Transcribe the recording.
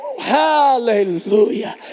Hallelujah